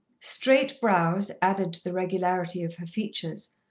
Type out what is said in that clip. straight brows added to the regularity of her features,